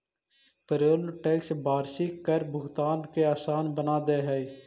payroll tax वार्षिक कर भुगतान के असान बना दे हई